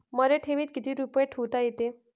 मले ठेवीत किती रुपये ठुता येते?